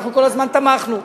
אנחנו כל הזמן תמכנו,